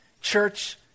Church